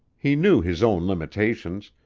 he knew his own limitations,